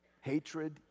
hatred